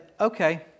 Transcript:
Okay